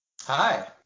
Hi